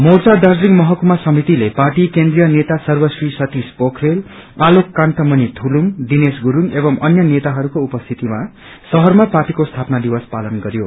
मोर्चा दार्जीलिङ महकुमा समितिले पार्टी केन्ट्रीय नेता सर्वश्री सतिश पोखेल आलोक कान्तमणि थुलुंग दिनेश गुरूङ एव अन्य नेताहरूको उपस्थितिमा शहरमा पार्टीको स्थापना दिवस पालन गरयो